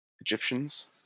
Egyptians